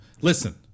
Listen